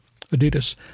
Adidas